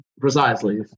Precisely